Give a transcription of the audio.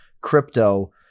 crypto